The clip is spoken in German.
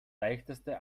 leichteste